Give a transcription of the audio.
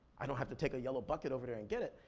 i don't have to take a yellow bucket over there and get it,